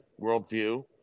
worldview